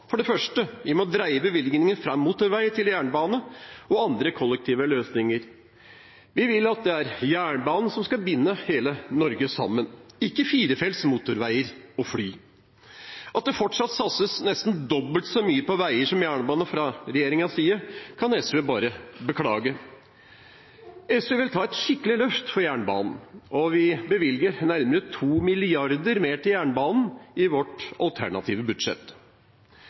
For det første: Vi må dreie bevilgningene fra motorvei til jernbane og andre kollektive løsninger. Vi vil at det er jernbanen som skal binde hele Norge sammen, ikke firefelts motorveier og fly. At det fortsatt satses nesten dobbelt så mye på vei som på jernbane fra regjeringens side, kan SV bare beklage. SV vil ta et skikkelig løft for jernbanen, og vi bevilger nærmere 2 mrd. kr mer til jernbanen i vårt alternative budsjett.